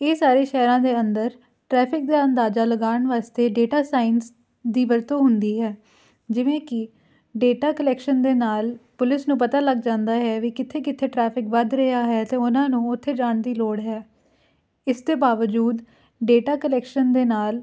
ਇਹ ਸਾਰੇ ਸ਼ਹਿਰਾਂ ਦੇ ਅੰਦਰ ਟਰੈਫਿਕ ਦਾ ਅੰਦਾਜ਼ਾ ਲਗਾਉਣ ਵਾਸਤੇ ਡੇਟਾ ਸਾਇੰਸ ਦੀ ਵਰਤੋਂ ਹੁੰਦੀ ਹੈ ਜਿਵੇਂ ਕਿ ਡੇਟਾ ਕਲੈਕਸ਼ਨ ਦੇ ਨਾਲ ਪੁਲਿਸ ਨੂੰ ਪਤਾ ਲੱਗ ਜਾਂਦਾ ਹੈ ਵੀ ਕਿੱਥੇ ਕਿੱਥੇ ਟ੍ਰੈਫਿਕ ਵੱਧ ਰਿਹਾ ਹੈ ਅਤੇ ਉਹਨਾਂ ਨੂੰ ਉੱਥੇ ਜਾਣ ਦੀ ਲੋੜ ਹੈ ਇਸਦੇ ਬਾਵਜੂਦ ਡੇਟਾ ਕਲੈਕਸ਼ਨ ਦੇ ਨਾਲ